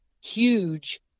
huge